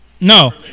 No